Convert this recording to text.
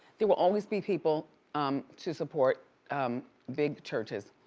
there will always be people um to support big churches.